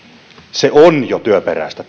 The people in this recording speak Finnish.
maahanmuuttopolitiikka on jo työperäistä